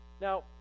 Now